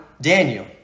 Daniel